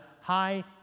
high